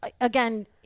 again